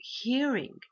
hearing